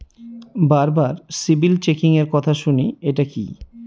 বারবার সিবিল চেকিংএর কথা শুনি এটা কি?